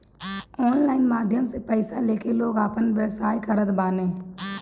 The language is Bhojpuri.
ऑनलाइन माध्यम से पईसा लेके लोग आपन व्यवसाय करत बाने